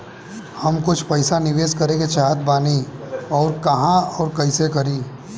हम कुछ पइसा निवेश करे के चाहत बानी और कहाँअउर कइसे करी?